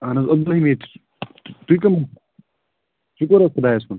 اہَن حظ عبدالحمیٖد چھُس تۄہہِ کٕم شُکُر حظ خۄدایس کُن